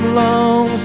long